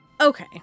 Okay